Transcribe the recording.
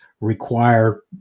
require